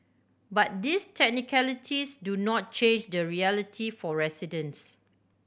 but these technicalities do not change the reality for residents